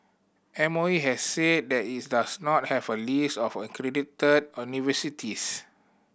M O E has said that it does not have a list of accredited